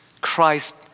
Christ